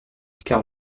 car